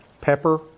pepper